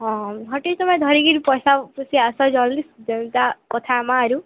ହଁ ହଁ ହଁ ହଟାଇ ଦବା ଧରିକିରି ପଇସା ପୁଷି ଆସ ଜଲଦି ଯେନ୍ତା କଥା ଆମ ଆରୁ